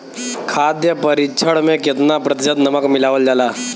खाद्य परिक्षण में केतना प्रतिशत नमक मिलावल जाला?